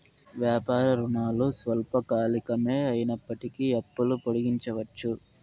వ్యాపార రుణాలు స్వల్పకాలికమే అయినప్పటికీ అప్పులు పొడిగించవచ్చు